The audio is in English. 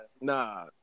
Nah